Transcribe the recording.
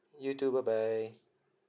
you too bye bye